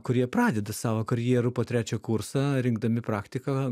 kurie pradeda savo karjeru po trečia kursa rinkdami praktiką